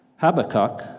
Habakkuk